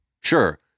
sure